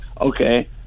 Okay